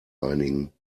einigen